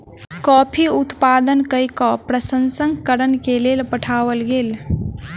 coffee उत्पादन कय के प्रसंस्करण के लेल पठाओल गेल